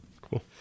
Cool